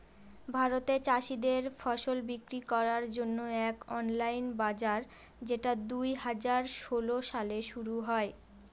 ভারতে চাষীদের ফসল বিক্রি করার জন্য এক অনলাইন বাজার যেটা দুই হাজার ষোলো সালে শুরু হয়